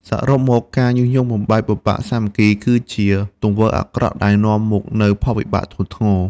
សរុបមក ការញុះញង់បំបែកបំបាក់សាមគ្គី គឺជាទង្វើអាក្រក់ដែលនាំមកនូវផលវិបាកធ្ងន់ធ្ងរ។